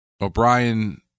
O'Brien